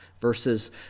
Verses